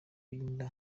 y’inda